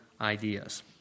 ideas